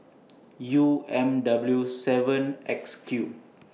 U M W seven X Q